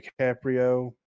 dicaprio